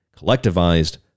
collectivized